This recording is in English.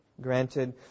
granted